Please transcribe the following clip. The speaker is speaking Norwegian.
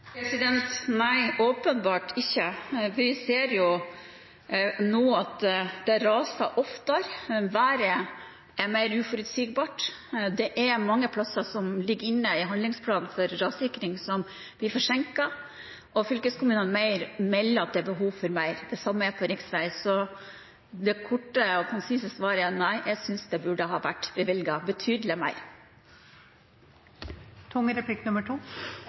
Nei, åpenbart ikke. Vi ser nå at det raser oftere, været er mer uforutsigbart, det er mange plasser som ligger inne i handlingsplanen for rassikring, som blir forsinket, og fylkeskommunene melder at det er behov for mer. Det samme gjelder for riksvei. Så det korte og konsise svaret er: Nei, jeg synes det burde ha vært bevilget betydelig